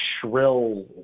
shrill